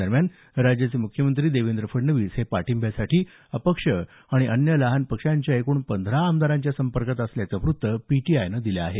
दरम्यान राज्याचे मुख्यमंत्री देवेंद्र फडणवीस हे पाठिंब्यासाठी अपक्ष आणि अन्य लहान पक्षांच्या एकूण पंधरा आमदारांच्या संपर्कात असल्याचं वृत्त पीटीआयनं दिलं आहे